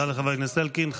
תודה לחבר הכנסת אלקין.